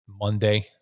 Monday